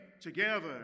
together